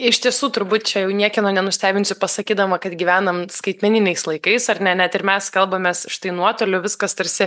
iš tiesų turbūt čia jau niekieno nenustebinsiu pasakydama kad gyvenam skaitmeniniais laikais ar ne ir mes kalbamės štai nuotoliu viskas tarsi